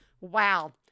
Wow